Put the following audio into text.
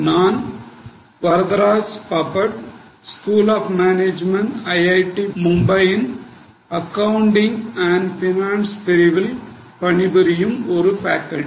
நான் Varadraj Bapat school of management IIT Mumbai ன் கணக்கியல் மற்றும் நிதி பிரிவில் பணிபுரியும் ஒரு ஃபேக்கல்டி